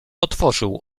otworzył